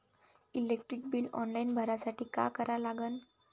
Electric bill online भरासाठी का करा लागन?